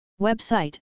Website